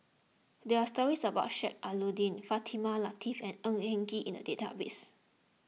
there are stories about Sheik Alau'ddin Fatimah Lateef and Ng Eng Kee in the database